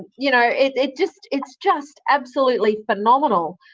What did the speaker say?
you know, it's just it's just absolutely phenomenal.